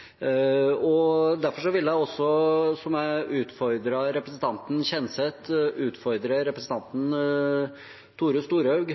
viktigst. Derfor vil jeg også, slik jeg utfordret representanten Kjenseth, utfordre representanten Tore Storehaug.